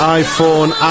iPhone